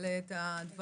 נגלה את הדברים